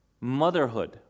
motherhood